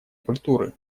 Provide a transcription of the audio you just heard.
культуры